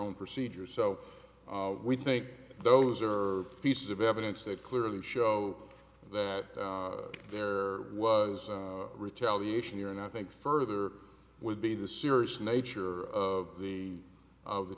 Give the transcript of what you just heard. own procedures so we think those are pieces of evidence that clearly show that there was retaliation here and i think further would be the see nature of the of the